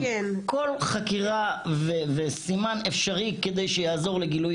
כל חקירה וסימן אפשרי כדי שיעזור לגילוי